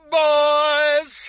boys